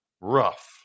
Rough